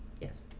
yes